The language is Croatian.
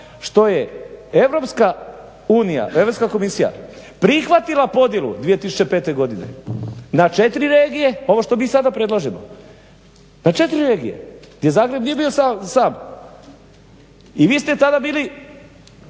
što je Europska komisija prihvatila podjelu 2005. godine na 4 regije, ovo što mi sada predlažemo, na 4 regije, gdje Zagreb nije bio sam i vi ste tada bili